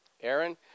Aaron